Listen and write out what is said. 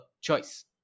choice